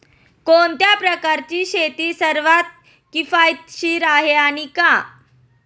कोणत्या प्रकारची शेती सर्वात किफायतशीर आहे आणि का?